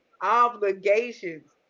obligations